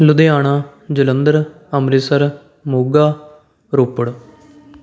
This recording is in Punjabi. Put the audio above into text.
ਲੁਧਿਆਣਾ ਜਲੰਧਰ ਅੰਮ੍ਰਿਤਸਰ ਮੋਗਾ ਰੋਪੜ